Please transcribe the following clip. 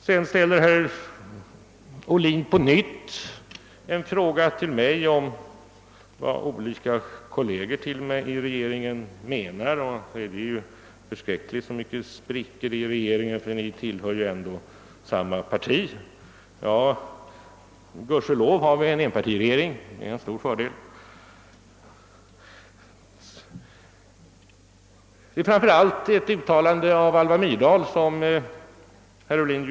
Sedan ställer herr Ohlin på nytt en fråga till mig om vad olika kolleger till mig i regeringen menar, och han säger att det är förskräckligt så mycket sprickor det är i regeringen, vars ledamöter ändå tillhör samma parti. Ja, gudskelov har vi en enpartiregering — det är en stor fördel. Det är framför allt ett uttalande av Alva Myrdal som herr Ohlin syftar på.